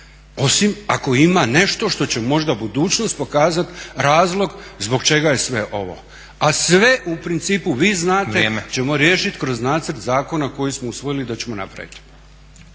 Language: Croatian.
osim ako ima nešto što će možda budućnost pokazati razlog zbog čega je sve ovo. A sve u principu vi znate ćemo riješiti kroz nacrt zakona koji smo usvojili da ćemo napraviti.